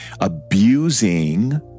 abusing